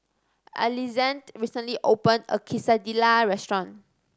Alexande recently opened a new Quesadillas restaurant